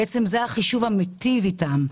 זה החישוב המיטיב איתם.